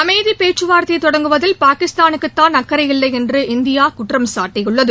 அமைதி பேச்சுவார்த்தை தொடங்குவதில் பாகிஸ்தானுக்குதான் அக்கறை இல்லை என்று இந்தியா குற்றம் சாட்டியுள்ளது